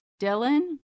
Dylan